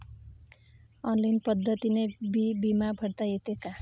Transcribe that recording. Online पद्धतीनं बी बिमा भरता येते का?